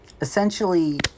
essentially